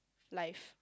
life